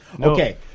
Okay